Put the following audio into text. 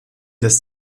des